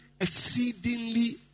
exceedingly